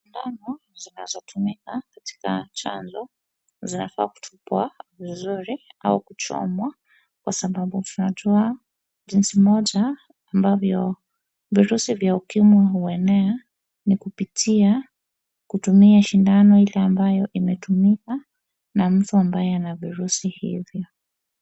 Shindano zinazotumika katika chanjo zinafaa kutupwa vizuri au kuchomwa kwa sababu, tunajua jinsi moja ambavyo virusi vya ukimwi huenea ni kupitia kutumia shindano ile ambayo imetumika na mtu ambaye ana virusi hivyo.